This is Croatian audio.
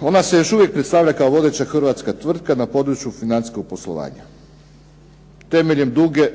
Ona se još uvijek predstavlja kao vodeća hrvatska tvrtka na području financijskog poslovanja. Temeljem duge